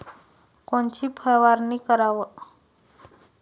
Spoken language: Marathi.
कोनची फवारणी कराव?